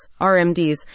RMDs